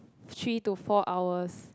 three to four hours